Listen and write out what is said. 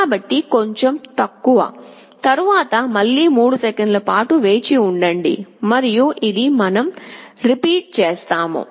కాబట్టి కొంచెం తక్కువ తరువాత మళ్ళీ 3 సెకన్లపాటు వేచి ఉండండి మరియు ఇది మనం రిపీట్ చేస్తాము